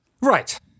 Right